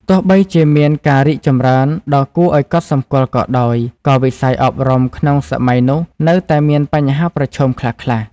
ទោះបីជាមានការរីកចម្រើនដ៏គួរឱ្យកត់សម្គាល់ក៏ដោយ ក៏វិស័យអប់រំក្នុងសម័យនោះនៅតែមានបញ្ហាប្រឈមខ្លះៗ។